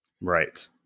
Right